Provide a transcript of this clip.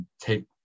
take